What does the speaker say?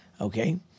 Okay